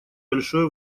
большое